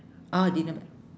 ah they never